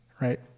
Right